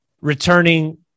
returning